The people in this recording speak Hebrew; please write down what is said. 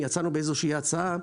יצאנו באיזושהי הצעה,